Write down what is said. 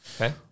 Okay